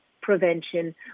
prevention